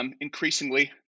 Increasingly